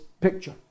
picture